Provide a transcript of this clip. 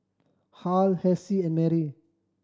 Harl Hessie and Marie